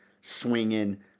swinging